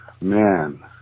Man